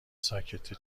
ساکته